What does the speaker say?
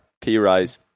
P-Rise